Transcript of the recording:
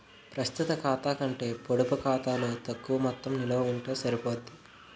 ప్రస్తుత ఖాతా కంటే పొడుపు ఖాతాలో తక్కువ మొత్తం నిలవ ఉంటే సరిపోద్ది